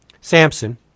Samson